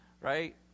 right